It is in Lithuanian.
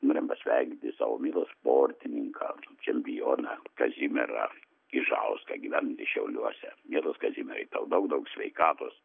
norim pasveikinti savo mielą sportininką čempioną kazimierą ižauską gyventį šiauliuose mielas kazimierai tau daug daug sveikatos